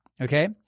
okay